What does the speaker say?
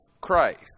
Christ